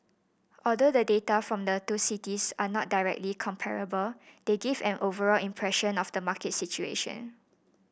although the data from the two cities are not directly comparable they give an overall impression of the market situation